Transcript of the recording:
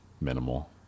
minimal